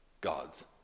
gods